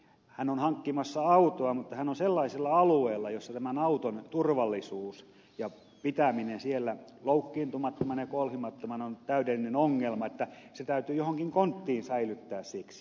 hän on hankkimassa autoa mutta hän on sellaisella alueella jolla tämän auton turvallisuus ja pitäminen loukkaantumattomana ja kolhimattomana on täydellinen ongelma joten sitä täytyy jossakin kontissa säilyttää siksi aikaa